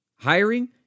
Hiring